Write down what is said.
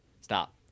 Stop